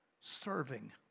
Serving